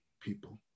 people